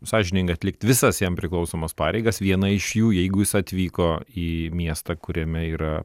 sąžiningai atlikti visas jam priklausomas pareigas viena iš jų jeigu jis atvyko į miestą kuriame yra